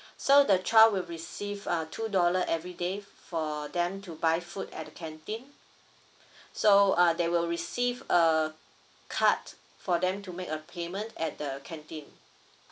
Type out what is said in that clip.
so the child will receive uh two dollar everyday for them to buy food at the canteen so uh they will receive a card for them to make a payment at the canteen